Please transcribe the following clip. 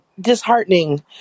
disheartening